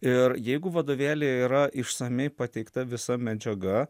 ir jeigu vadovėly yra išsamiai pateikta visa medžiaga